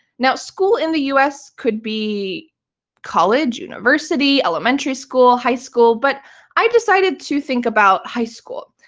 now school in the us could be college, university, elementary school, high school, but i decided to think about high school.